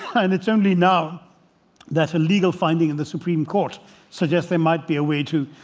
and it's only now that a legal finding in the supreme court suggests there might be a way to